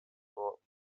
brought